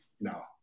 No